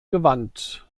gewandt